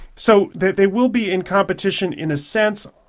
so they they will be in competition in a sense.